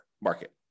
market